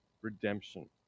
redemption